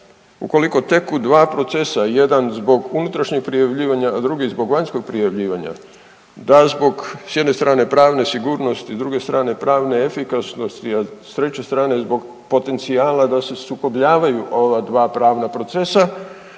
ukoliko teku dva procesa, jedan zbog unutrašnjeg prijavljivanja, a drugi zbog vanjskog prijavljivanja da zbog s jedne strane pravne sigurnosti, s druge strane pravne efikasnosti, a s treće strane zbog potencijala da se sukobljavaju ova dva pravna procesa